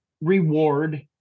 reward